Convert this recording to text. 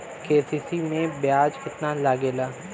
KCC में ब्याज कितना लागेला?